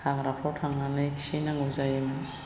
हाग्राफोराव थांनानै खिहैनांगौ जायोमोन